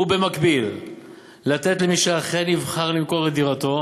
ובמקביל לתת למי שאכן יבחר למכור את דירתו